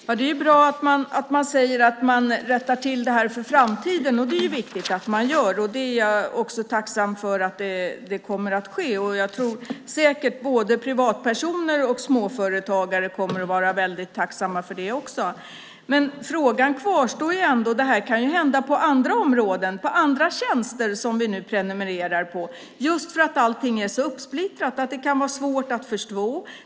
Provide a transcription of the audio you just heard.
Fru talman! Det är bra att man säger att man rättar till detta för framtiden. Det är viktigt att man gör, och jag är tacksam för att det kommer att ske. Jag tror säkert att både privatpersoner och småföretagare kommer att vara väldigt tacksamma för det. Frågan kvarstår ändå, för det här kan hända också på andra områden. Det kan gälla andra tjänster som vi prenumererar på. Just för att allt är så uppsplittrat kan det vara svårt att förstå.